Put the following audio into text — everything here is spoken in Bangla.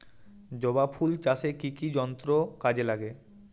জবা ফুল চাষে কি কি যন্ত্র কাজে লাগে?